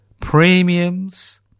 Premiums